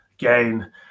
again